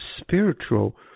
spiritual